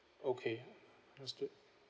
okay understood